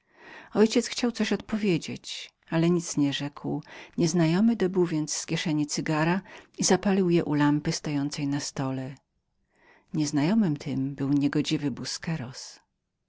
ojciec chciał coś odpowiedzieć ale nic nie rzekł nieznajomy dobył z kieszeni cygara i zapalił u lampy stojącej na stole nieznajomy ten był to